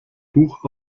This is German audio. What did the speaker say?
buch